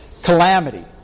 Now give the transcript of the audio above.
Calamity